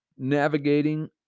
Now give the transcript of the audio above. navigating